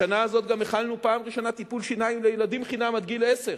השנה הזאת גם החלנו פעם ראשונה טיפול שיניים חינם לילדים עד גיל עשר.